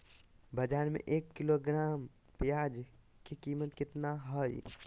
बाजार में एक किलोग्राम प्याज के कीमत कितना हाय?